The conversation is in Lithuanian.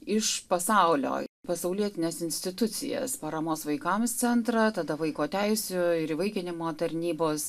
iš pasaulio pasaulietines institucijas paramos vaikams centrą vaiko teisių ir įvaikinimo tarnybos